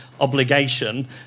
Obligation